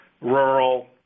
rural